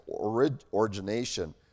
origination